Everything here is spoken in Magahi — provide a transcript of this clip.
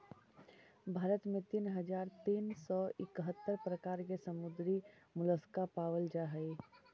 भारत में तीन हज़ार तीन सौ इकहत्तर प्रकार के समुद्री मोलस्का पाबल जा हई